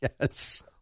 Yes